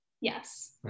Yes